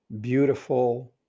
beautiful